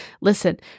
listen